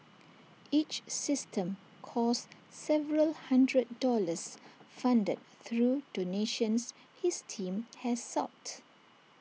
each system costs several hundred dollars funded through donations his team has sought